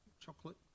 chocolate